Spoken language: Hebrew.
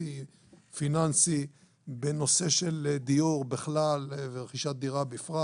משפטי-פיננסי בנושא של דיור בכלל ורכישת דירה בפרט.